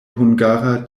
hungara